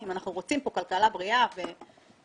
אנחנו רוצים פה כלכלה בריאה ומניבה,